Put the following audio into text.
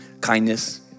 kindness